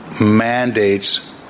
mandates